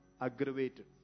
aggravated